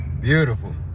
Beautiful